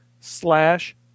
slash